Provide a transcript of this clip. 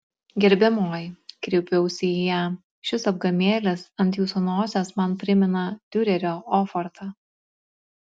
gerbiamoji kreipiausi į ją šis apgamėlis ant jūsų nosies man primena diurerio ofortą